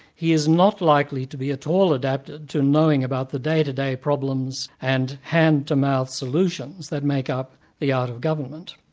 he is not likely to be at all adapted to knowing about the day-to-day problems and hand-to-mouth solutions that make up the art of government.